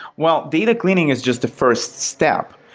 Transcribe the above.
well, data cleaning is just the first step,